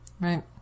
right